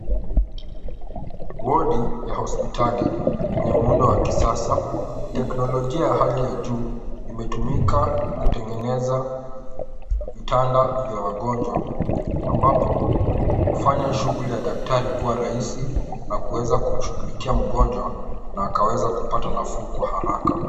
Wodi ya hospitali wenye muundo wa kisasa, teknolojia ya hali ya juu imetumika kutengeneza vitanda vya wagonjwa ambapo hufanya shughuli ya daktari kua rahisi na kuweza kumshughulikia mgonjwa na akaweza kupata nafuu kwa haraka.